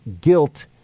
guilt